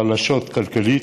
חלשות כלכלית,